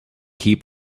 heap